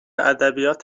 ادبیات